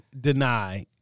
deny